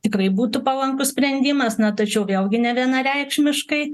tikrai būtų palankus sprendimas na tačiau vėlgi nevienareikšmiškai